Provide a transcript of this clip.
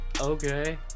Okay